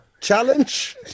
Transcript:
Challenge